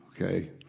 okay